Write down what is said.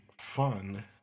fun